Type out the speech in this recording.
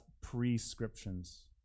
prescriptions